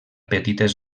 petites